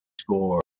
score